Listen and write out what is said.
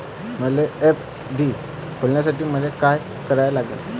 मले एफ.डी खोलासाठी मले का करा लागन?